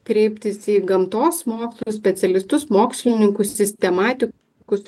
kreiptis į gamtos mokslų specialistus mokslininkus sistematikus